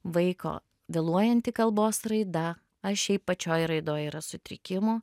vaiko vėluojanti kalbos raida ar šiaip pačioj raidoj yra sutrikimų